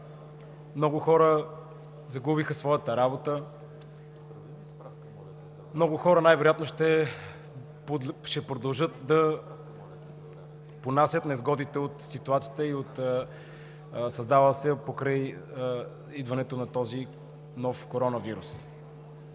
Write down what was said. Много хора загубиха своята работа, много хора най-вероятно ще продължат да понасят несгодите от ситуацията, създала се покрай идването на този нов коронавирус.